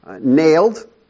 nailed